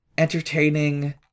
Entertaining